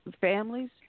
families